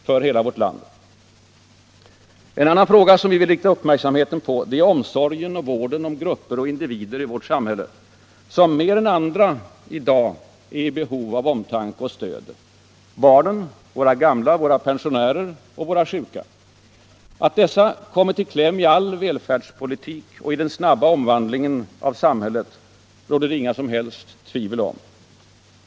Allmänpolitisk debatt Allmänpolitisk debatt En annan fråga som jag särskilt vill rikta uppmärksamheten på, det är omsorgen och vården om grupper och individer i vårt samhälle som mer än andra i dag är i behov av omtanke och stöd — barnen, våra gamla och sjuka. Att dessa grupper kommit i kläm i all vår välfärdspolitik och i den snabba omvandlingen av samhället råder det inga som helst tvivel om.